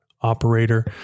operator